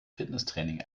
fitnesstraining